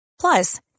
Plus